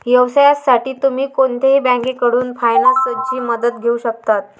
व्यवसायासाठी तुम्ही कोणत्याही बँकेकडून फायनान्सची मदत घेऊ शकता